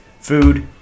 food